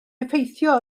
effeithio